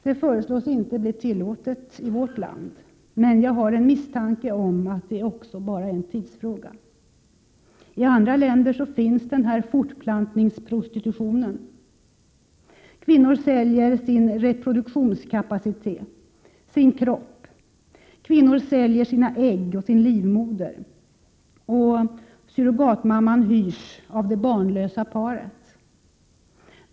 Det föreslås inte bli tillåtet i vårt land. Men jag har en misstanke om att också det är en tidsfråga. I andra länder finns denna fortplantningsprostitution. Kvinnor säljer sin reproduktionskapacitet och sin kropp. Kvinnor säljer sina ägg och sin livmoder, och surrogatmamman hyrs av det barnlösa paret.